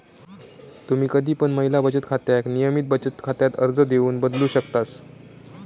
तुम्ही कधी पण महिला बचत खात्याक नियमित बचत खात्यात अर्ज देऊन बदलू शकतास